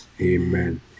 Amen